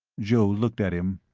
joe looked at him.